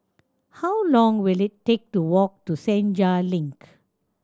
how long will it take to walk to Senja Link